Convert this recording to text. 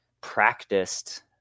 practiced